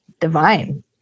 divine